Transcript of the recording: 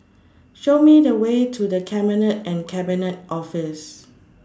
Show Me The Way to The Cabinet and Cabinet Office